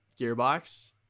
Gearbox